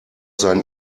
sein